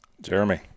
Jeremy